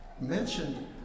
mentioned